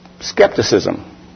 skepticism